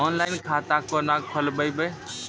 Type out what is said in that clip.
Online खाता केना खोलभैबै?